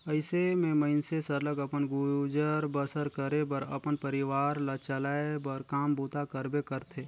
अइसे में मइनसे सरलग अपन गुजर बसर करे बर अपन परिवार ल चलाए बर काम बूता करबे करथे